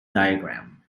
diagram